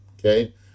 okay